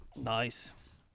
Nice